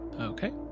Okay